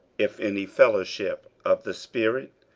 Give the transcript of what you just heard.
if any fellowship of the spirit,